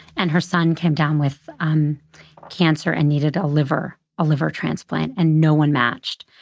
and her son came down with um cancer and needed a liver a liver transplant, and no one matched.